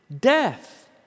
death